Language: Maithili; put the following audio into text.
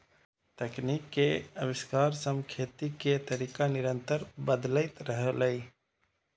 तकनीक के आविष्कार सं खेती के तरीका निरंतर बदलैत रहलैए